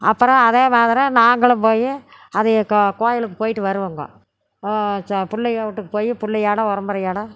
அப்புறம் அதே மாதிரி நாங்களும் போய் அதையே கா கோயிலுக்கு போயிட்டு வருவோங்க சா பிள்ளைக வீட்டுக்கு போய் பிள்ளையாேட உறம்பரையாேட